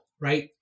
right